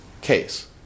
case